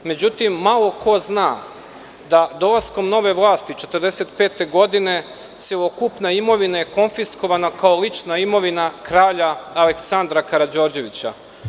Međutim, malo ko zna da dolaskom nove vlasti 1945. godine celokupna imovina je konfiskovana kao lična imovina Kralja Aleksandra Karađorđevića.